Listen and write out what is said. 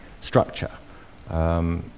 structure